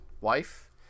wife